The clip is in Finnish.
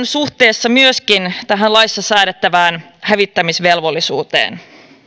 suhteessa myöskin tähän laissa säädettävään hävittämisvelvollisuuteen